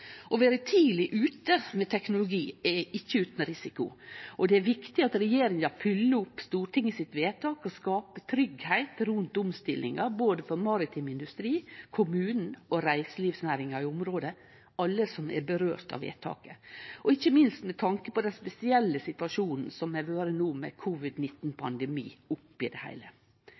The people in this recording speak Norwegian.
Å vere tidlig ute med teknologi er ikkje utan risiko, og det er viktig at regjeringa fylgjer opp Stortinget sitt vedtak og skapar tryggleik rundt omstillinga både for maritim industri, kommunen og reiselivsnæringa i området – alle som vedtaket angår – ikkje minst med tanke på den spesielle situasjonen som har vore no, med covid-19-pandemien oppi det heile.